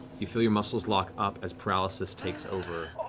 you feel your muscles lock up as paralysis takes over.